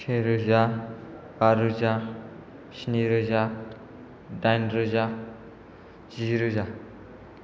सेरोजा बारोजा स्निरोजा दाइनरोजा जिरोजा